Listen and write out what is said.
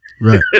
Right